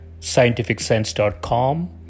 scientificsense.com